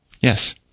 Yes